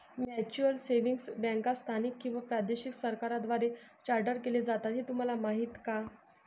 Mutual savings बँका स्थानिक किंवा प्रादेशिक सरकारांद्वारे चार्टर्ड केल्या जातात हे तुम्हाला माहीत का?